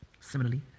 Similarly